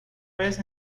vez